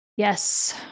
Yes